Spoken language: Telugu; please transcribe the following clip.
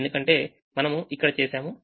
ఎందుకంటే మనము ఇక్కడ చేసాము